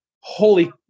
holy